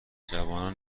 جوانان